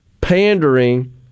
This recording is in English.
pandering